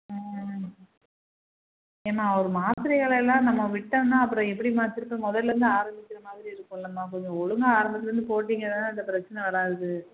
ஆ ஏம்மா ஒரு மாத்திரைகளெல்லாம் நம்ம விட்டோன்னால் அப்புறம் எப்படிம்மா திரும்ப முதல்லேருந்து ஆரம்பிக்கிற மாதிரி இருக்குமிலம்மா கொஞ்சம் ஒழுங்காக ஆரம்பத்துலேருந்து போட்டிங்கன்னால் இந்த பிரச்சின வராது